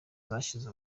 zashyize